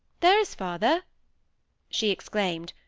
there is father she exclaimed,